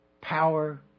power